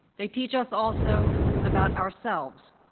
they teach us also about ourselves,